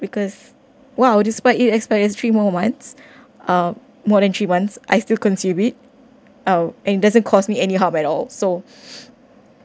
because what I despite it experienced three moments are more than three months I still consider it out and doesn't cause me any help at all so